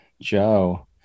Joe